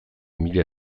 mila